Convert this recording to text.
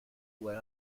what